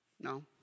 No